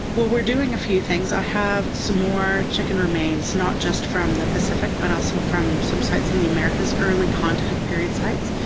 we're doing a few things. i have some more chicken remains, not just from the pacific but also from some sites in the americas, early contact period sites,